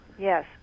Yes